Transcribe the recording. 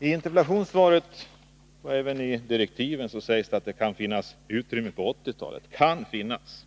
I interpellationssvaret och även i direktiven till DELFA sägs att det kan finnas utrymme för en arbetstidsförkortning på 1980-talet. Kan finnas!